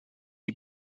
die